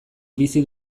bizi